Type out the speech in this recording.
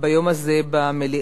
ביום הזה במליאה.